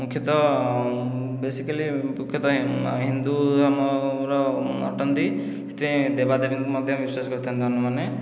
ମୁଖ୍ୟତଃ ବେସିକାଲି ମୁଖ୍ୟତଃ ହିନ୍ଦୁ ଆମର ଅଟନ୍ତି ସେଥିପାଇଁ ଦେବାଦେବୀଙ୍କୁ ମଧ୍ୟ ବିଶ୍ଵାସ କରିଥାନ୍ତି ଆମେମାନେ